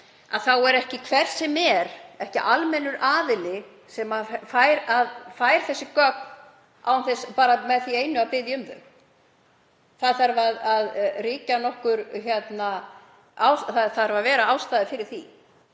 Það er ekki hver sem er, ekki almennur aðili sem fær þessi gögn bara með því einu að biðja um þau. Það þarf að vera ástæða fyrir því.